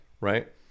right